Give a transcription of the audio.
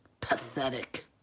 pathetic